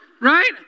right